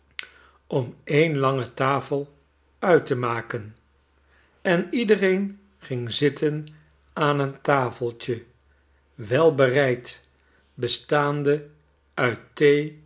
om een lange tafel uit te maken en iedereen ging zitten aan een tafeltje welbereid bestaande uit